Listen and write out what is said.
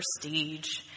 prestige